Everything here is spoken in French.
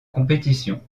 compétition